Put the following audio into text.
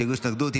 שהגישו התנגדות.